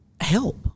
help